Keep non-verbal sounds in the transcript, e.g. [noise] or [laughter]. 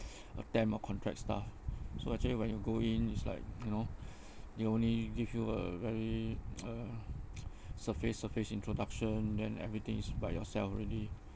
a temp or contract staff so actually when you go in is like [noise] you know [breath] they only give you a very [noise] uh [noise] surface surface introduction then everything is by yourself already